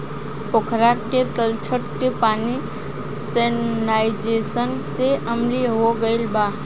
पोखरा के तलछट के पानी सैलिनाइज़ेशन से अम्लीय हो गईल बा